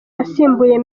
asimbuye